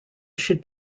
should